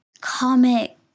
comic